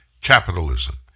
capitalism